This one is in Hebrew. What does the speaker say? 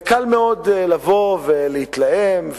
קל מאוד לבוא ולהתלהם,